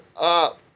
up